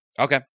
Okay